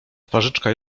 twarzyczka